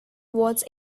was